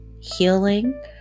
healing